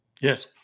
Yes